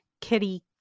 kitty